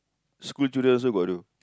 school children also got do